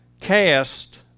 cast